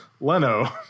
Leno